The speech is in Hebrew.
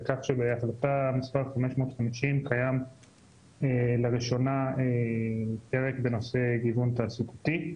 לכך שבהחלטה מס' 550 קיים לראשונה פרק בנושא גיוון תעסוקתי,